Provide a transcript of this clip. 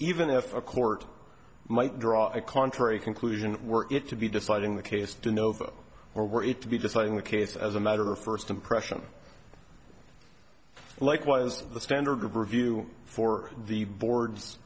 even if a court might draw a contrary conclusion were it to be deciding the case de novo or were it to be deciding the case as a matter of first impression likewise the standard of review for the